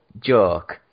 joke